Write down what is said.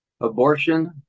Abortion